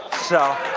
so,